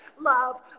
love